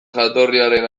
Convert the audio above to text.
jatorriaren